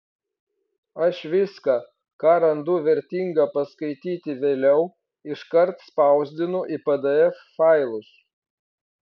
aš viską ką randu vertinga paskaityti vėliau iškart spausdinu į pdf failus